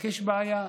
רק בעיה: